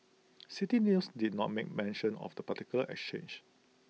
City News did not make mention of the particular exchange